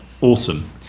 awesome